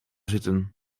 zitten